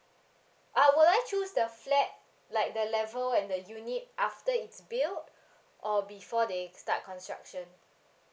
uh will I choose the flat like the level and the unit after it's build or before they start construction